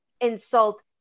insult